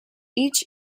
each